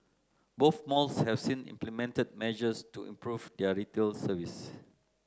both malls have since implemented measures to improve their retail service